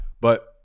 But-